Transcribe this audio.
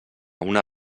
una